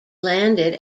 landed